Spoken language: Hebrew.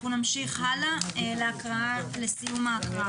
אנחנו נמשיך הלאה לסיום ההקראה.